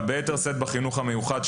אבל ביתר שאת בחינוך המיוחד,